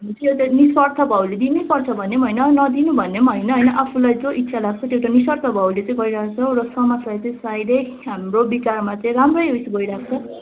हामी चाहिँ एउटा निःस्वार्थ भावले दिनैपर्छ भन्ने पनि होइन नदिनु भन्ने पनि होइन होइन आफूलाई जो इच्छा लाग्छ त्यो त निःस्वार्थ भावले चाहिँ गरिरहेको छौँ र समाजलाई चाहिँ सायदै हाम्रो विचारमा चाहिँ राम्रै उइस गइरहेको छ